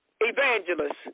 Evangelist